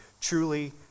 Truly